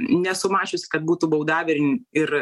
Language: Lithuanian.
nesu mačiusi kad būtų baudavę ir ir